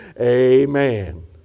Amen